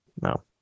no